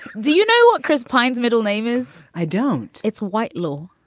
do you know what chris pyne's middle name is? i don't it's white little